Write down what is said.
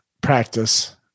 practice